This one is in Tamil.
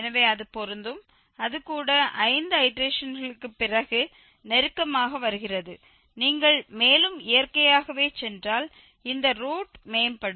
எனவே அது பொருந்தும் அது கூட ஐந்து ஐடேரேஷன்களுக்கு பிறகு நெருக்கமாக வருகிறது நீங்கள் மேலும் இயற்கையாகவே சென்றால் இந்த ரூட் மேம்படும்